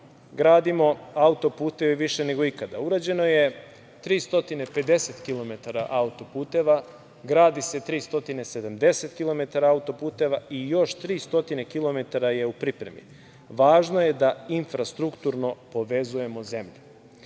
Gradimo autoputeve više nego ikada. Urađeno je 350km autoputeva, gradi se 370km autoputeva i još 300km je u pripremi. Važno je da infrastrukturno povezujemo